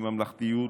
לממלכתיות,